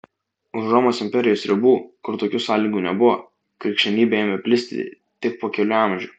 už romos imperijos ribų kur tokių sąlygų nebuvo krikščionybė ėmė plisti tik po kelių amžių